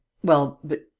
well, but.